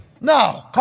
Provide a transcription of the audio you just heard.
No